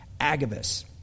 Agabus